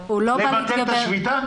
לבטל את השביתה?